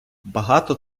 багато